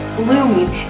blooming